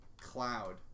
Cloud